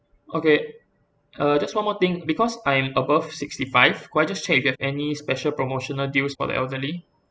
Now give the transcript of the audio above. okay uh just one more thing because I'm above sixty five could I just check if you've any special promotional deals for the elderly